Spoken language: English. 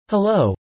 Hello